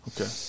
Okay